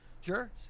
Sure